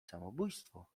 samobójstwo